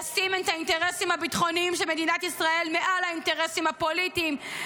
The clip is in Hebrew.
לשים את האינטרסים הביטחוניים של מדינת ישראל מעל האינטרסים הפוליטיים,